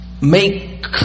make